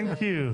תודה.